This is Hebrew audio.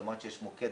את אמרת שיש מוקד.